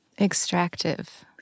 Extractive